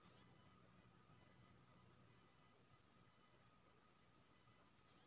कीट पर काबू करे के लेल गेहूं के अलग अलग प्रकार के फेरोमोन डाल सकेत छी की?